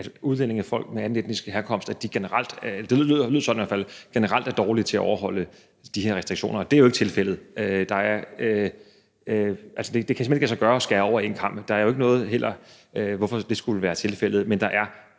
at udlændinge, folk af anden etnisk herkomst, generelt – det lød sådan i hvert fald – er dårlige til at overholde de her restriktioner, og det er jo ikke tilfældet. Det kan simpelt hen ikke lade sig gøre at skære alle over en kam. Der er jo heller ikke noget om, hvorfor det skulle være tilfældet. Men der er